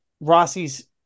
Rossi's